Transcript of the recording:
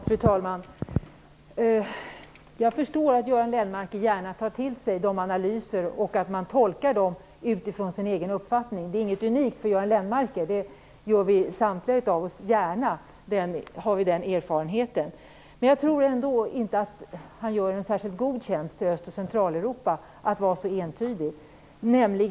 Fru talman! Jag förstår att Göran Lennmarker gärna tar till sig dessa analyser och tolkar dem utifrån sin egen uppfattning. Det är inget unikt för Göran Lennmarker. Det gör vi gärna samtliga - den erfarenheten har vi. Men jag tror ändå inte att han gör en särskilt god tjänst för Öst och Centraleuropa när han är så entydig.